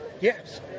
Yes